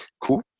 cool